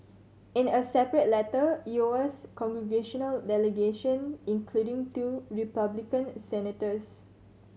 in a separate letter Lowa's congressional delegation including two Republican senators